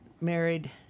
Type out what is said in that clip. married